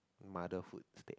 motherhood instead